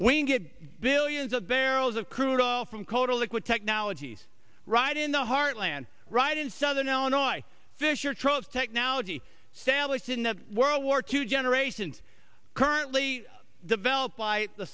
you get billions of barrels of crude oil from kota liquid technologies right in the heartland right in southern illinois fisher trucks technology sandwiched in the world war two generations currently developed